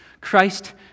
Christ